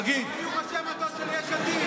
תגיד,